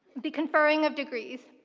the conferring of degrees.